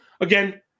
Again –